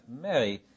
Mary